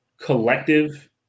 collective